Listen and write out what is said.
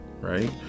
right